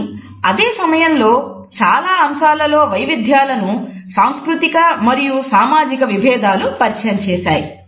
కానీ అదే సమయంలో చాలా అంశాలలో వైవిధ్యాలను సాంస్కృతిక మరియు సామాజిక విభేదాలు పరిచయం చేశాయి